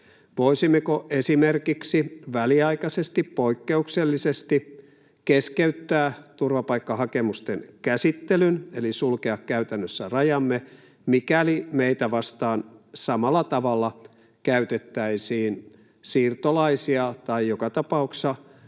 Voisimmeko esimerkiksi väliaikaisesti poikkeuksellisesti keskeyttää turvapaikkahakemusten käsittelyn eli sulkea käytännössä rajamme, mikäli meitä vastaan samalla tavalla käytettäisiin siirtolaisia tai joka tapauksessa